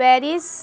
Paris